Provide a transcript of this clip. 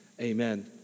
Amen